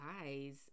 guys